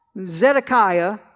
Zedekiah